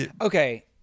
okay—